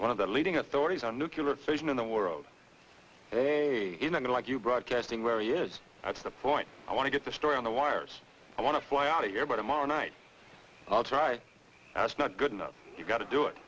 one of the leading authorities on nuclear fission in the world today in unlike you broadcasting where he is that's the point i want to get the story on the wires i want to fly out of here but tomorrow night i'll try that's not good enough you've got to do it